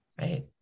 right